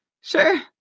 sure